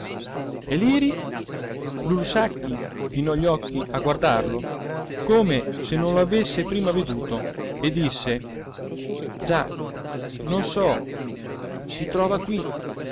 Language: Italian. liri lulù sacchi chinò gli occhi a guardarlo come se non lo avesse prima veduto e disse già non so si trova qui